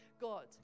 God